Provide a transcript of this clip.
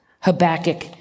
Habakkuk